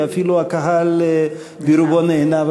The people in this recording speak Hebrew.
ואפילו הקהל ברובו נהנה,